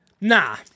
Nah